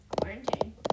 Quarantine